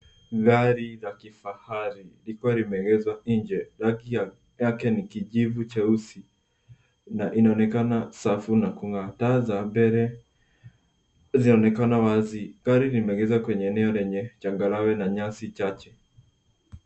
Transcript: Gari la kifahari likiwa limeegezwa nje. Rangi yake ni kijivu cheusi na inaonekana safi na kung'aa. Taa za mbele zaonekana wazi. Gari limeegezwa kwenye changarawe na nyasi chache.